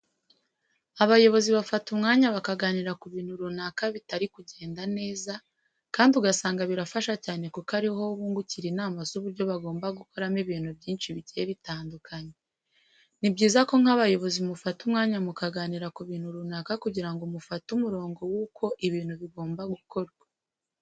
Abayobozi bafata umwanya bakaganira ku bintu runaka bitari kugenda neza kandi ugasanga birafasha cyane kuko ari ho bungukira inama z'uburyo bagomba gukoramo ibintu byinshi bigiye bitandukanye. Ni byiza ko nk'abayobozi mufata umwanya mukaganira ku bintu runaka kugira ngo mufate umurongo wuko ibintu bigomba gukorwa.